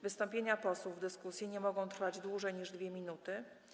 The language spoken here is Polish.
Wystąpienia posłów w dyskusji nie mogą trwać dłużej niż 2 minuty.